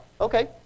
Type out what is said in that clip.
Okay